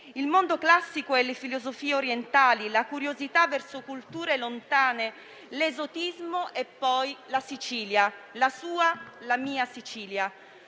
il mondo classico e le filosofie orientali, la curiosità verso culture lontane, l'esotismo e poi la Sicilia - la sua e la mia Sicilia